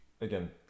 again